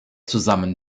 zusammen